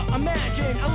imagine